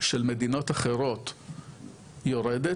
של מדינות אחרות יורדת,